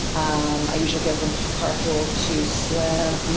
um i usually go from ah carpool to swim.